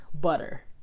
butter